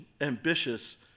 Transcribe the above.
ambitious